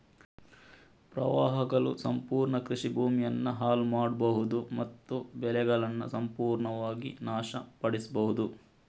ಪ್ರವಾಹಗಳು ಸಂಪೂರ್ಣ ಕೃಷಿ ಭೂಮಿಯನ್ನ ಹಾಳು ಮಾಡ್ಬಹುದು ಮತ್ತು ಬೆಳೆಗಳನ್ನ ಸಂಪೂರ್ಣವಾಗಿ ನಾಶ ಪಡಿಸ್ಬಹುದು